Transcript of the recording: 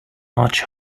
much